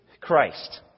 Christ